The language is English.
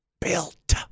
Built